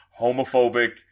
homophobic